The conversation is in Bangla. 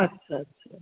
আচ্ছা আচ্ছা